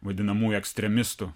vadinamųjų ekstremistų